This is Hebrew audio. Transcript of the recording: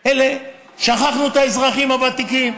שכחנו את האזרחים הוותיקים,